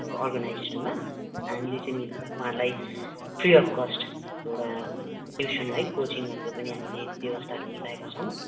अर्गनाइजेसनमा हामीले चाहिँ मिलेर उहाँहरूलाई फ्री अब् कस्ट एउटा ट्युसन है कोचिङहरूको पनि हामीले व्यवस्थाहरू मिलाएका छौँ